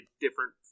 different